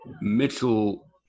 Mitchell